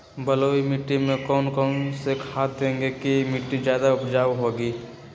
बलुई मिट्टी में कौन कौन से खाद देगें की मिट्टी ज्यादा उपजाऊ होगी?